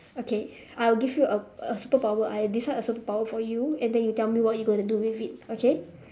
okay I'll give you a a superpower I decide a superpower for you and then you tell me what you going to do with it okay